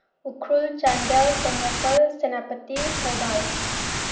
Ukhrul Chandel Tengnoupal Senapati Thoubal